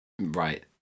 Right